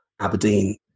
Aberdeen